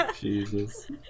Jesus